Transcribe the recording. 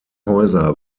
häuser